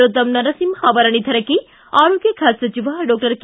ರೊದ್ದಂ ನರಸಿಂಹ ಅವರ ನಿಧನಕ್ಕೆ ಆರೋಗ್ಯ ಖಾತೆ ಸಚಿವ ಡಾಕ್ಟರ್ ಕೆ